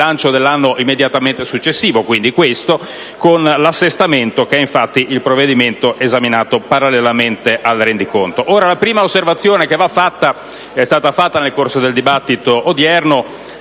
il bilancio dell'anno immediatamente successivo. Questo avviene con l'assestamento, che è infatti il provvedimento esaminato parallelamente al rendiconto. La prima osservazione da fare, svolta nel corso del dibattito odierno,